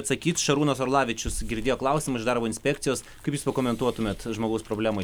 atsakyt šarūnas orlavičius girdėjo klausimą iš darbo inspekcijos kaip komentuotumėt žmogaus problemai